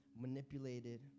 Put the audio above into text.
manipulated